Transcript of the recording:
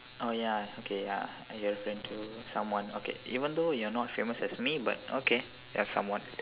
oh ya okay ya are you a friend to someone okay even though you're not famous as me but okay you're somewhat